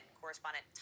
correspondent